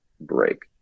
break